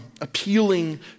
appealing